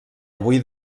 avui